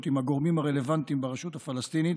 עם הגורמים הרלוונטיים ברשות הפלסטינית